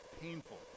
painful